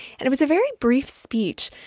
and it was a very brief speech,